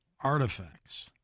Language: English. Artifacts